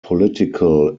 political